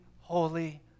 holy